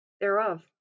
thereof